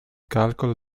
calcolo